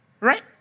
Right